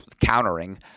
countering